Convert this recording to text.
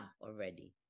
already